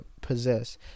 possess